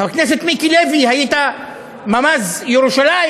חבר הכנסת מיקי לוי, היית ממ"ז ירושלים.